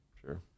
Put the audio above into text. Sure